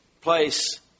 place